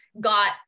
got